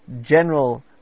general